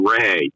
Ray